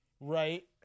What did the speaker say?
Right